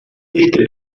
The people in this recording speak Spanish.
este